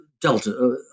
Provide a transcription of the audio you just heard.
delta